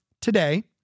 today